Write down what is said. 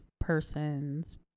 persons